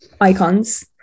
icons